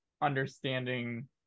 understanding